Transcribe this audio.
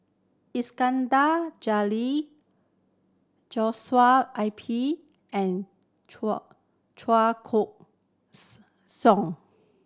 Iskandar Jalil Joshua I P and Chua Chua Koon Siong